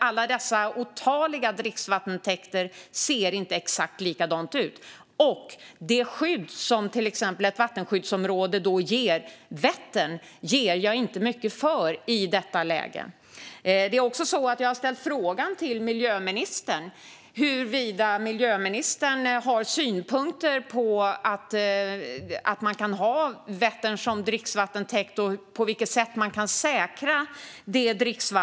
Alla de otaliga dricksvattentäkter som finns i Sverige ser inte exakt likadana ut, och det skydd som till exempel ett vattenskyddsområde ger Vättern ger jag inte mycket för i detta läge. Jag har ställt frågan till miljöministern om huruvida hon har synpunkter på Vättern som dricksvattentäkt och på vilket sätt man kan säkra detta dricksvatten.